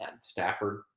Stafford